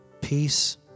peace